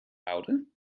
houden